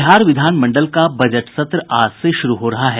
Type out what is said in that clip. बिहार विधानमंडल का बजट सत्र आज से शुरू हो रहा है